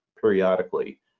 periodically